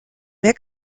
mehr